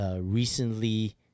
Recently